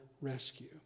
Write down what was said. rescue